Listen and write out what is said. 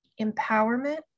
empowerment